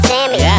Sammy